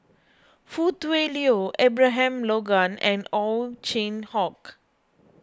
Foo Tui Liew Abraham Logan and Ow Chin Hock